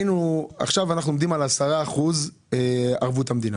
עכשיו אנחנו עומדים על כ-10% ערבות מדינה.